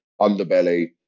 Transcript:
underbelly